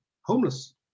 homeless